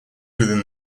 within